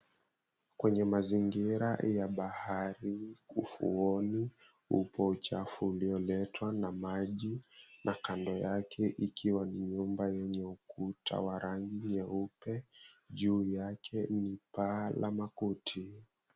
Kwenye mazingira ya bahari, ufuoni upo uchafu ulioletwa na maji, na kando yake ikiwa ni nyumba yenye ukuta wa rangi nyeupe, juu yake ni paa la makuti.